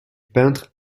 peintre